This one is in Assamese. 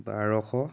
বাৰশ